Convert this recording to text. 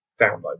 download